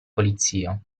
polizia